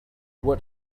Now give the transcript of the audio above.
what